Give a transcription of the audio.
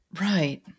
Right